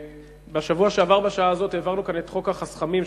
בשבוע שעבר בשעה הזאת העברנו את חוק החסכמים,